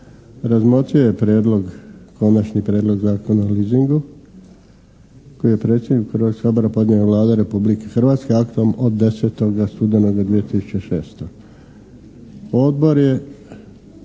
je prijedlog, Konačni prijedlog zakona o leasingu koji je predsjedniku Hrvatskog sabora podnijela Vlada Republike Hrvatske aktom od 10. studenoga 2006. Odbor je